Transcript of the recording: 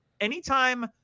anytime